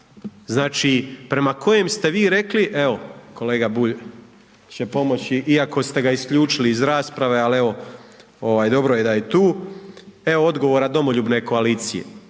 znači, prema kojem ste vi rekli, evo kolega Bulj će pomoći iako ste ga isključili iz rasprave, ali evo dobro je da je tu, evo odgovora domoljubne koalicije